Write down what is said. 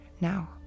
now